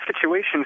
situations